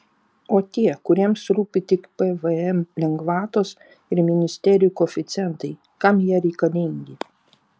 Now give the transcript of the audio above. o tie kuriems rūpi tik pvm lengvatos ir ministerijų koeficientai kam jie reikalingi